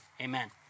amen